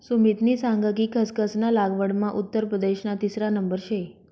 सुमितनी सांग कि खसखस ना लागवडमा उत्तर प्रदेशना तिसरा नंबर शे